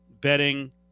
betting